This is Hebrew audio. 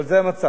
אבל זה המצב.